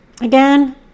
again